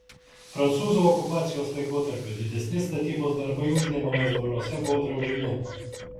prancūzų okupacijos laikotarpiu didesni statybos darbai užnemunės dvaruose buvo draudžiami